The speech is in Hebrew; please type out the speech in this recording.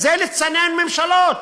זה לצנן ממשלות,